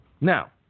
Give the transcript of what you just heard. Now